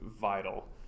vital